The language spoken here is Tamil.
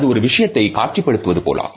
அது ஒரு விஷயத்தை காட்சிப்படுத்துவது போலாகும்